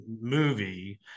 movie